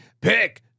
pick